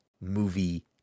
movie